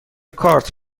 کارت